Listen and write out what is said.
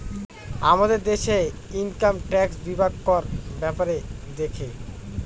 আমাদের দেশে income tax বিভাগ কর ব্যাপারে দেখে